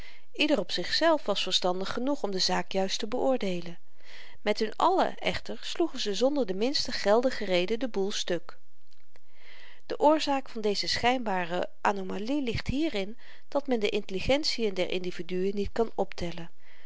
ieder op zichzelf was verstandig genoeg om de zaak juist te beoordeelen met hun allen echter sloegen ze zonder de minste geldige reden den boêl stuk de oorzaak van deze schynbare anomalie ligt hierin dat men de intelligentien der individuen niet kan optellen